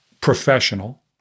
Professional